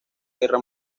guerra